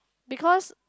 because